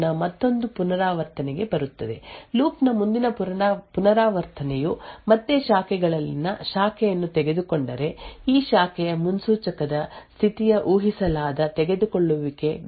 ಆದ್ದರಿಂದ ಶಾಖೆಯ ಮುನ್ಸೂಚನೆಯ ಸ್ಥಿತಿಯು ಇಲ್ಲಿಂದ 00 ರಿಂದ 01 ರವರೆಗೆ ಲೂಪ್ ನ ಮತ್ತೊಂದು ಪುನರಾವರ್ತನೆಗೆ ಬರುತ್ತದೆ ಲೂಪ್ ನ ಮುಂದಿನ ಪುನರಾವರ್ತನೆಯು ಮತ್ತೆ ಶಾಖೆಗಳಲ್ಲಿನ ಶಾಖೆಯನ್ನು ತೆಗೆದುಕೊಂಡರೆ ಈ ಶಾಖೆಯ ಮುನ್ಸೂಚಕದ ಸ್ಥಿತಿಯು ಊಹಿಸಲಾದ ತೆಗೆದುಕೊಳ್ಳುವಿಕೆಗೆ ಚಲಿಸುತ್ತದೆ ಮತ್ತು 11 ರ ಮೌಲ್ಯವನ್ನು ಹೊಂದಿದೆ